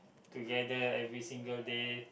together every single day